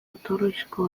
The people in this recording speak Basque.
jatorrizko